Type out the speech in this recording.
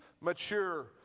mature